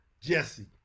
Jesse